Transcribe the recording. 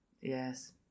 Yes